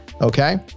Okay